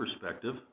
perspective